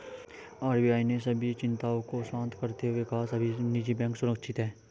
RBI ने सभी चिंताओं को शांत करते हुए कहा है कि सभी निजी बैंक सुरक्षित हैं